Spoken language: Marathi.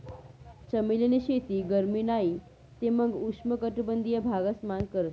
चमेली नी शेती गरमी नाही ते मंग उष्ण कटबंधिय भागस मान करतस